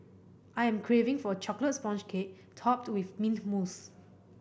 I am craving for a chocolate sponge cake topped with mint mousse